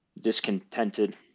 discontented